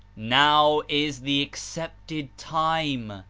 now is the accepted time!